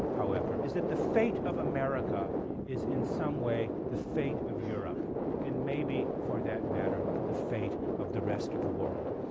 however, is that the fate of america is in some way the fate of europe and maybe for that matter the fate of the rest of the world.